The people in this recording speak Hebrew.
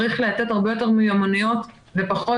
צריך לתת הרבה יותר מיומנויות ופחות